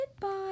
Goodbye